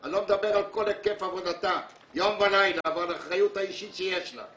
אני לא מדבר על כל היקף עבודתה יום ולילה ועל האחריות האישית שיש לה,